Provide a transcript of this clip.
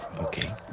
Okay